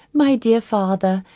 my dear father,